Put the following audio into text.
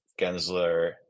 Gensler